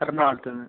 എർണാകുളത്തു നിന്ന്